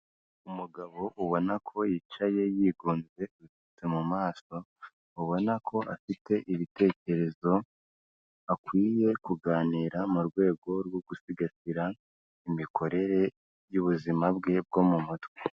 Umugabo ubona ko yicaye yigunze yipfutse mu maso, ubona ko afite ibitekerezo akwiye kuganira mu rwego rwo gusigasira imikorere y'ubuzima bwe bwo mu mutwe.